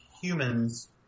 humans